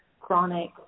chronic